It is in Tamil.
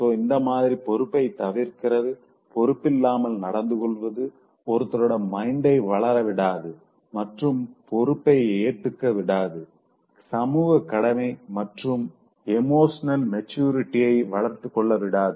சோ இந்த மாதிரி பொறுப்ப தவிர்க்கிறது பொறுப்பில்லாமல் நடந்து கொள்வது ஒருத்தரோட மைண்டை வளரவிடாது மற்றும் பொறுப்ப ஏத்துக்க விடாது சமூக கடமை மற்றும் எமோஷனல் மெச்சூரிட்டியை வளர்த்துக்கொள்ள விடாது